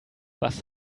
was